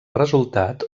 resultat